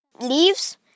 leaves